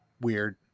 weird